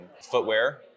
footwear